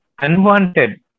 unwanted